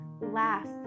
laugh